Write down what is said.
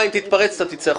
אם תתפרץ אתה תצא החוצה.